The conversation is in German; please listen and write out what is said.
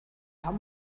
haben